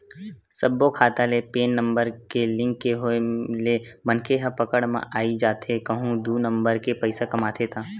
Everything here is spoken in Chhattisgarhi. सब्बो खाता ले पेन नंबर के लिंक के होय ले मनखे ह पकड़ म आई जाथे कहूं दू नंबर के पइसा कमाथे ता